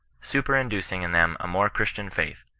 superinducing in them a more christian faith,